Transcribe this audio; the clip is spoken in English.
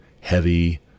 heavy